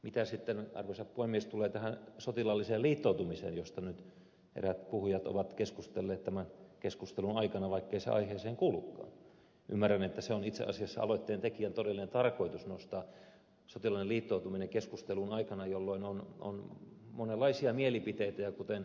mitä sitten arvoisa puhemies tulee tähän sotilaalliseen liittoutumiseen josta nyt eräät puhujat ovat keskustelleet tämän keskustelun aikana vaikkei se aiheeseen kuulukaan niin ymmärrän että itse asiassa aloitteentekijän todellinen tarkoitus on nostaa esille sotilaallinen liittoutuminen keskusteluun aikana jolloin on monenlaisia mielipiteitä ja kuten ed